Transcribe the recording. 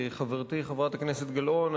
חברתי חברת הכנסת גלאון,